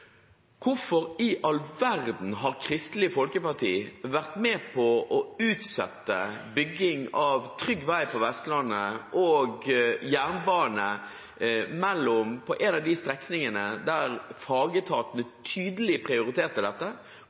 Hvorfor i all verden har Kristelig Folkeparti vært med på å utsette bygging av trygg vei på Vestlandet og jernbane på en av de strekningene der fagetatene tydelig har prioritert dette?